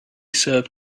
serve